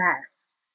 best